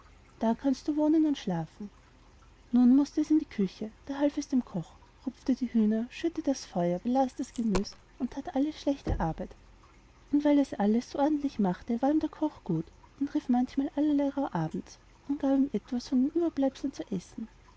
da kannst du wohnen und schlafen nun mußte es in die küche da half es dem koch rupfte die hüner schürte das feuer belas das gemüs und that alle schlechte arbeit weil es alles so ordentlich machte war ihm der koch gut und rief manchmal allerlei rauh abends und gab ihm etwas von den ueberbleibseln zu essen